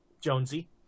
Jonesy